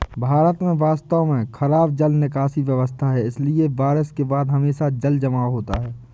भारत में वास्तव में खराब जल निकासी व्यवस्था है, इसलिए बारिश के बाद हमेशा जलजमाव होता है